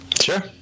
Sure